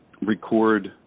record